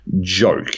joke